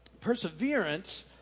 Perseverance